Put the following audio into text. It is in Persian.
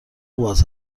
باز